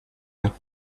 you